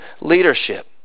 leadership